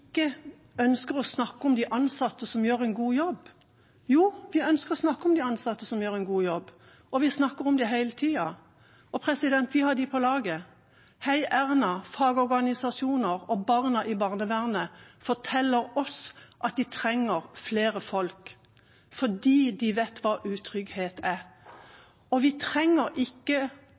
ikke ønsker å snakke om de ansatte som gjør en god jobb. Jo, vi ønsker å snakke om de ansatte som gjør en god jobb, og vi snakker om dem hele tida. Vi har dem på laget. Heierna, fagorganisasjoner og barna i barnevernet forteller oss at de trenger flere folk, fordi de vet hva utrygghet er. Vi trenger ikke